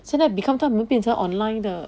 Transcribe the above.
现在 become 他们变成 online 的